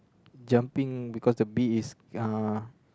jumping because the bee is uh